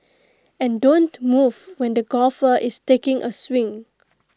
and don't move when the golfer is taking A swing